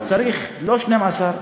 אז צריך לא 12,